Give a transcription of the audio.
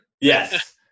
yes